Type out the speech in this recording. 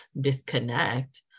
disconnect